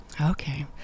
Okay